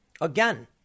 Again